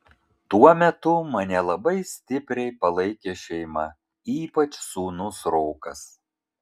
tuo metu mane labai stipriai palaikė šeima ypač sūnus rokas